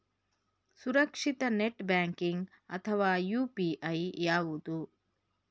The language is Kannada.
ಸುರಕ್ಷಿತ ನೆಟ್ ಬ್ಯಾಂಕಿಂಗ್ ಅಥವಾ ಯು.ಪಿ.ಐ ಯಾವುದು?